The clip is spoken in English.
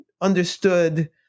understood